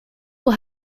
will